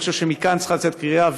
אני חושב שמכאן צריכה לצאת קריאה,